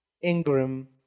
Ingram